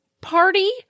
party